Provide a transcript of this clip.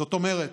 זאת אומרת,